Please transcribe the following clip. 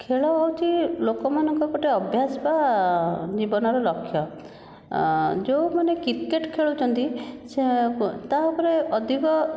ଖେଳ ହେଉଛି ଲୋକ ମାନଙ୍କ ଗୋଟିଏ ଅଭ୍ୟାସ ବା ଜୀବନର ଲକ୍ଷ୍ୟ ଯେଉଁମାନେ କ୍ରିକେଟ ଖେଳୁଛନ୍ତି ସେ ତା'ଉପରେ ଅଧିକ